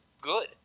good